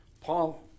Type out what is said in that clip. Paul